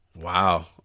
Wow